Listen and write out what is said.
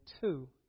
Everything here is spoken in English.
two